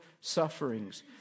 sufferings